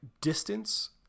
distance